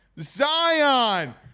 Zion